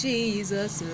Jesus